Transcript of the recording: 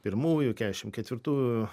pirmųjų keturiasdešimt ketvirtųjų